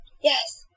Yes